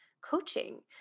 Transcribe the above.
coaching